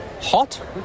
hot